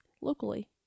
locally